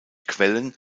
quellen